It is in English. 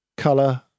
color